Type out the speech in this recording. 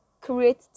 Create